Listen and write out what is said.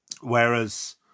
Whereas